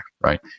right